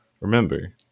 Remember